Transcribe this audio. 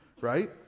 right